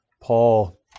Paul